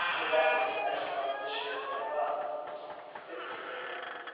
investments in the venture funds this year went bust it's fifteen billion dollars,